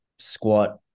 squat